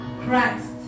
Christ